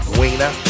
wiener